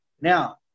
Now